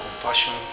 compassion